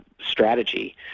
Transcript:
strategy